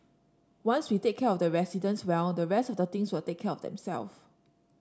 once we take care of the residents well the rest of the things will take care of themself